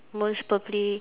most probably